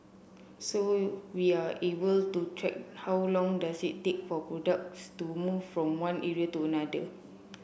so we're able to track how long does it take for products to move from one area to another